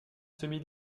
semi